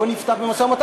בוא נפתח במשא-ומתן.